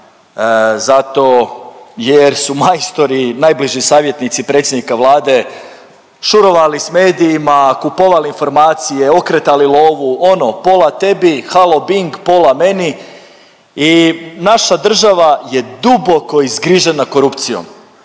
zato jer su majstori najbliži savjetnici predsjednika Vlade šurovali s medijima, kupovali informacije, okretali lovu ono pola tebi halo Bing pola meni i naša država je duboko izgrižena korupcijom,